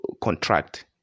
contract